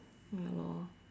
ya lor